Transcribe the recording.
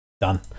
Done